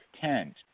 tens